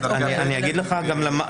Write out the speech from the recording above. תוכלי להגיד שוב מה הצעת?